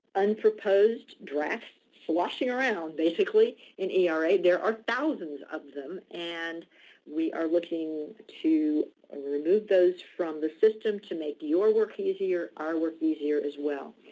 un-proposed drafts sloshing around basically in era. there are thousands of them and we are looking to remove those from the system to make your work easier, our work easier as well.